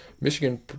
Michigan